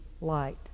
light